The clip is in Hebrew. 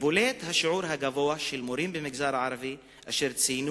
בולט השיעור הגבוה של מורים במגזר הערבי אשר ציינו